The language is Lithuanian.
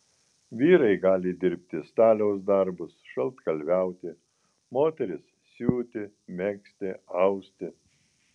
vyrai gali dirbti staliaus darbus šaltkalviauti moterys siūti megzti austi